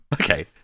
Okay